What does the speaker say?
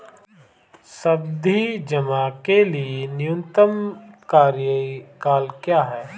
सावधि जमा के लिए न्यूनतम कार्यकाल क्या है?